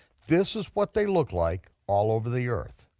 this is what they look like all over the earth.